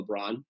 LeBron